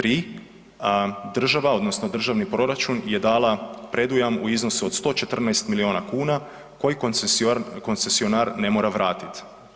Tri država odnosno državni proračun je dala predujam u iznosu od 114 milijuna kuna koji koncesionar ne mora vratit.